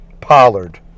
Pollard